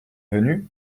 venu